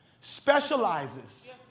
specializes